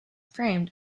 framed